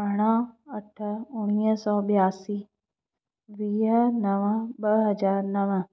अरिड़हं अठ उणिवीह सौ ॿियासी वीह नव ॿ हज़ार नव